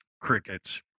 crickets